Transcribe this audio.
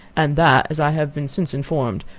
and that, as i have been since informed,